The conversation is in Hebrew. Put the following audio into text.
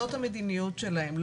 זאת המדיניות שלהם.